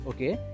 Okay